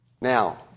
Now